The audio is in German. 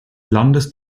landes